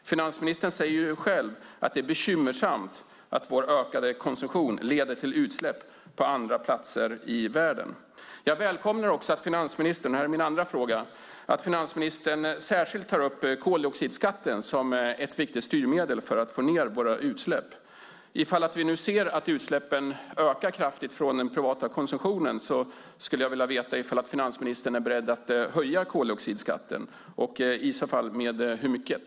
Finansministern säger själv att det är bekymmersamt att vår ökade konsumtion leder till utsläpp på andra platser i världen. Jag välkomnar också att finansministern särskilt tar upp koldioxidskatten som ett viktigt styrmedel för att minska våra utsläpp. Om vi ser att utsläppen från den privata konsumtionen ökar kraftigt vill jag veta om finansministern är beredd att höja koldioxidskatten - i så fall med hur mycket?